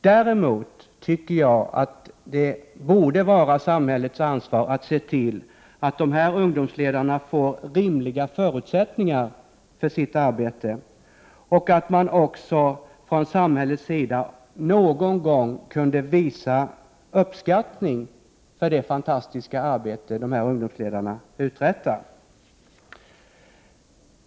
Däremot tycker jag att det borde vara samhällets ansvar att se till att dessa ungdomsledare får rimliga förutsättningar för sitt arbete, och samhället borde också någon gång kunna visa uppskattning av det fantastiska arbete som de här ungdomsledarna uträttar.